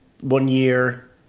one-year